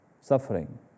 suffering